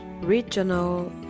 Regional